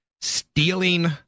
Stealing